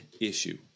issue